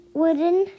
wooden